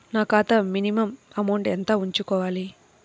నా ఖాతా minimum amount ఎంత ఉంచుకోవాలి?